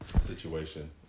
situation